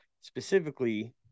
specifically